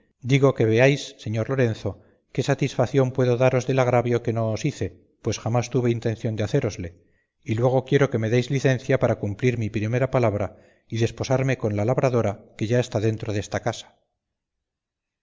digo que veáis señor lorenzo qué satisfación puedo daros del agravio que no os hice pues jamás tuve intención de hacérosle y luego quiero que me deis licencia para cumplir mi primera palabra y desposarme con la labradora que ya está dentro desta casa